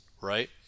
right